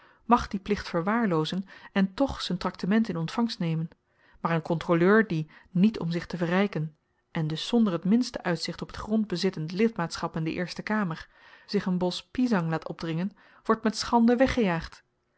mag dien plicht verwaarloozen en toch z'n traktement in ontvangst nemen maar n kontroleur die niet om zich te verryken en dus zonder t minste uitzicht op t grondbezittend lidmaatschap in de eerste kamer zich n bos pisang laat opdringen wordt met schande weggejaagd